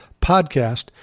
podcast